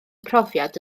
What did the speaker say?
profiad